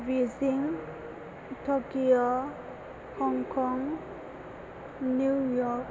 Beijing टकिअ हंखं New York